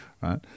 Right